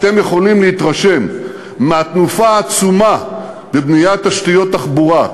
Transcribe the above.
אתם יכולים להתרשם מהתנופה העצומה בבניית תשתיות תחבורה,